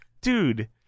Dude